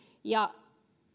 ja